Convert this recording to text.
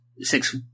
six